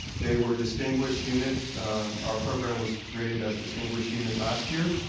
they were distinguished unit our program was rated as distinguished unit last year.